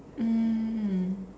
mm